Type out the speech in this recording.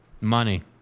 money